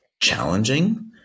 challenging